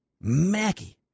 Mackie